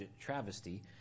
travesty